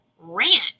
Rant